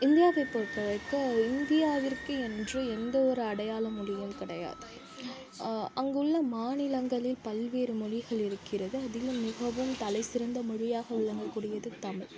இந்தியாவை பொறுத்தவரைக்கும் இந்தியாவிற்கு என்று எந்தவொரு அடையாள மொழியும் கிடையாது அங்குள்ள மாநிலங்களில் பல்வேறு மொழிகள் இருக்கிறது அதில் மிகவும் தலைசிறந்த மொழியாக விளங்கக்கூடியது தமிழ்